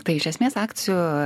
tai iš esmės akcijų